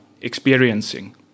experiencing